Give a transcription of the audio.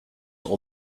all